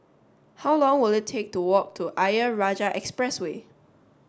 how long will it take to walk to Ayer Rajah Expressway